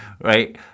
right